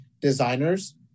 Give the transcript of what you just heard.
designers